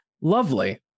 lovely